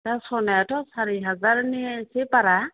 दा स'नायाथ' सारि हाजारनि एसे बारा